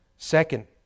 Second